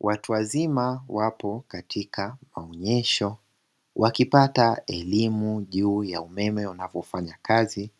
Watu wazima wapo katika maonyesho wakipata elimu juu ya umeme unavofanya kazi